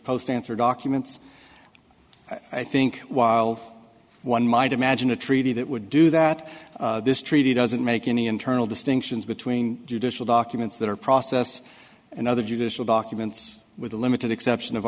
post answer documents i think while one might imagine a treaty that would do that this treaty doesn't make any internal distinctions between judicial documents that are process and other judicial documents with the limited exception of